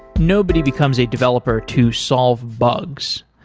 nobody becomes a developer to solve bugs.